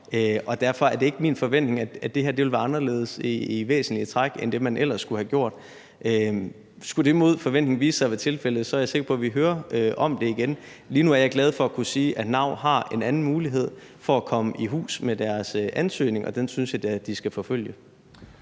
derfor er det ikke min forventning, at det her i væsentlige træk vil være anderledes end det, man ellers skulle have gjort. Skulle det imod forventning vise sig at være tilfældet, er jeg sikker på, at vi hører om det igen. Lige nu er jeg glad for at kunne sige, at NAU har en anden mulighed for at komme i hus med deres ansøgning, og den synes jeg da de skal forfølge.